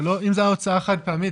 אם זאת הייתה הוצאה חד פעמית,